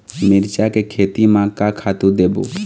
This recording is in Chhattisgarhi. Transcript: मिरचा के खेती म का खातू देबो?